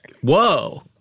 Whoa